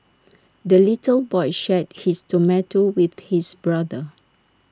the little boy shared his tomato with his brother